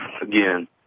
again